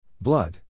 Blood